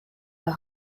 her